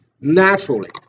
naturally